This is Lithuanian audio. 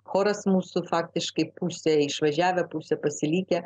choras mūsų faktiškai pusė išvažiavę pusė pasilikę